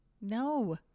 No